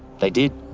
they did.